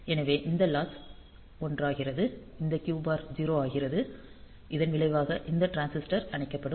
எனவே இந்த லாட்சு 1 ஆகிறது இந்த Q பார் 0 ஆகிறது இதன் விளைவாக இந்த டிரான்சிஸ்டர் அணைக்கப்படும்